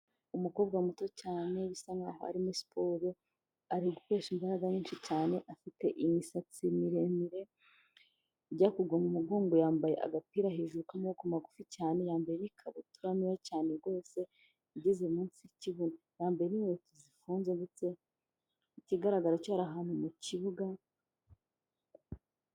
Umukobwa muto cyane bisa nkaho ari muri siporo, ari gukoresha imbaraga nyinshi cyane afite imisatsi miremirejya kugwa mu umugongo yambaye agapira hejuru k'amaboko magufi cyane ya mbere ikabutura ntoya cyane rwose igeze munsi yikibuga lamberint zifunze ndetse ikigaragara cyari ahantu mu kibuga.